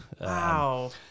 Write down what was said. wow